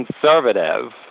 conservative